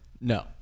No